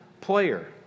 player